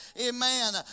Amen